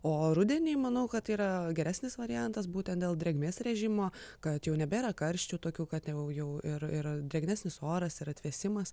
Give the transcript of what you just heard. o rudenį manau kad yra geresnis variantas būtent dėl drėgmės režimo kad jau nebėra karščių tokių kad jau jau ir ir drėgnesnis oras ir atvėsimas